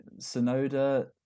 Sonoda